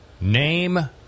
Name